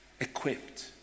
Equipped